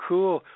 Cool